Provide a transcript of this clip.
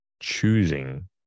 choosing